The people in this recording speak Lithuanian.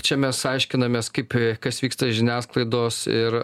čia mes aiškinamės kaip kas vyksta žiniasklaidos ir